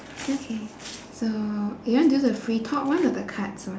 okay so you want do the free talk one or the cards one